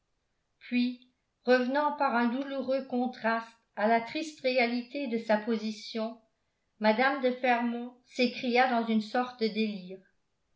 puis revenant par un douloureux contraste à la triste réalité de sa position mme de fermont s'écria dans une sorte de délire